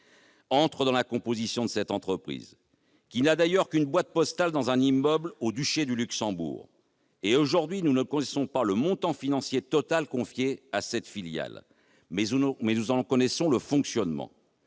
entre dans la composition de cette entreprise, qui n'a d'ailleurs qu'une boîte postale dans un immeuble du duché du Luxembourg. Aujourd'hui, nous ne connaissons pas le montant financier total confié à cette filiale, mais nous connaissons son fonctionnement